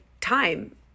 time